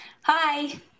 Hi